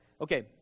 Okay